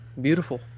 Beautiful